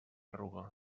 ruga